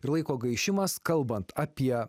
ir laiko gaišimas kalbant apie